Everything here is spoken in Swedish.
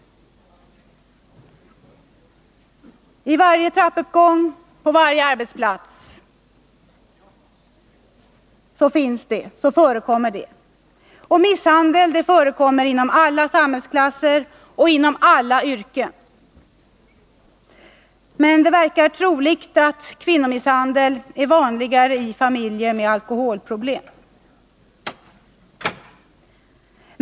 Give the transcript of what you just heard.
I varje trappuppgång och på varje arbetsplats förekommer misshandel. Och den förekommer inom alla samhällsklasser och inom alla yrken. Men det verkar troligt att kvinnomisshandel är vanligare i familjer med alkoholproblem.